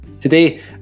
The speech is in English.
Today